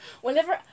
Whenever